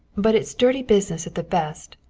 but it's dirty business at the best,